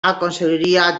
aconseguiria